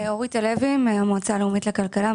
אורית הלוי מהמועצה הלאומית לכלכלה,